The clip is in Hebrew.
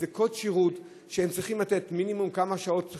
לאיזה קוד שירות שהם צריכים לתת מינימום שעות.